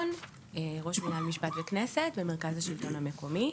ראש מינהל משפט וכנסת, מרכז השלטון המקומי.